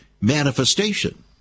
manifestation